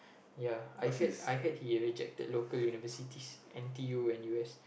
ya I heard I heard he rejected local universities n_t_u n_u_s